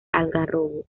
algarrobo